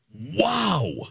Wow